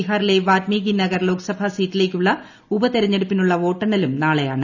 ബീഹാറിലെ വാൽമീകി നഗർ ലോക്സഭാ സീറ്റിലേക്കുള്ള ഉപതെരഞ്ഞെടുപ്പിനുള്ള വോട്ടെണ്ണലും നാളെയാണ്